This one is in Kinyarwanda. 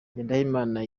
ngendahimana